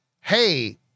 hey